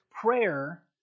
prayer